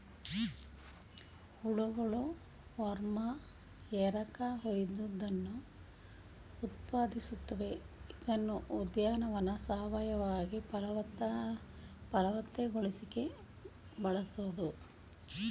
ಹುಳಗಳು ವರ್ಮ್ ಎರಕಹೊಯ್ದವನ್ನು ಉತ್ಪಾದಿಸುತ್ವೆ ಇದ್ನ ಉದ್ಯಾನವನ್ನ ಸಾವಯವವಾಗಿ ಫಲವತ್ತತೆಗೊಳಿಸಿಕೆ ಬಳಸ್ಬೋದು